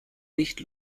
nicht